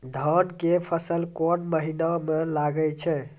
धान के फसल कोन महिना म लागे छै?